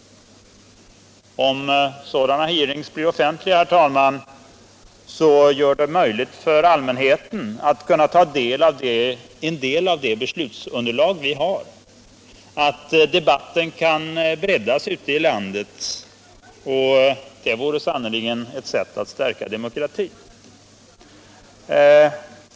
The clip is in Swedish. Om sådana hearings blir offentliga, så blir det möjligt för allmänheten att sätta sig in i en del av det beslutsunderlag vi har. På det sättet kan debatten breddas ute i landet, och det vore sannerligen ett sätt att stärka demokratin.